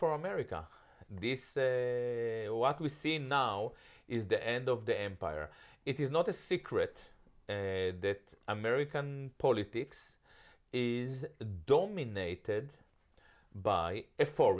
for america this what we see now is the end of the empire it is not a secret that american politics is dominated by a four